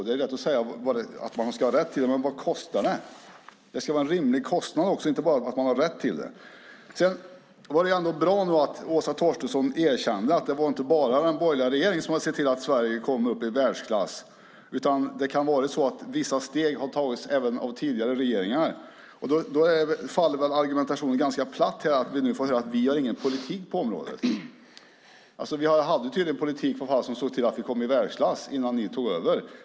Det är lätt att säga att man ska ha rätt till det, men vad kostar det? Det ska vara en rimlig kostnad. Det var bra att Åsa Torstensson nu erkände att det inte bara är den borgerliga regeringen som har sett till att Sverige har kommit upp i världsklass. Det kan vara så att vissa steg har tagits även av tidigare regeringar. Då faller argumentationen ganska platt när vi nu får höra att vi inte har någon politik på området. Vi hade tydligen en politik som såg till att vi kom i världsklass innan ni tog över.